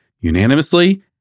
unanimously